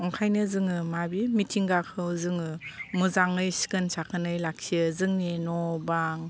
ओंखायनो जोङो माबे मिथिंगाखौ जोङो मोजाङै सिखोन साखोनै लाखियो जोंनि न' बां